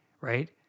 right